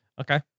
Okay